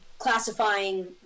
Classifying